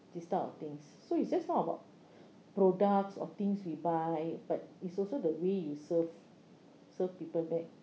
this type of things so it's just not about products or things we buy but it's also the way you serve serve people back